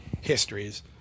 histories